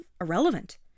irrelevant